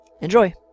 enjoy